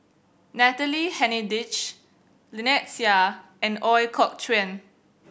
Natalie Hennedige Lynnette Seah and Ooi Kok Chuen